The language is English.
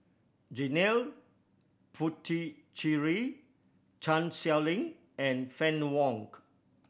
Janil Puthucheary Chan Sow Lin and Fann Wong